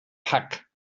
pack